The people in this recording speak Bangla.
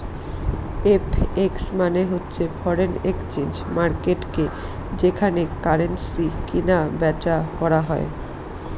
এফ.এক্স মানে হচ্ছে ফরেন এক্সচেঞ্জ মার্কেটকে যেখানে কারেন্সি কিনা বেচা করা হয়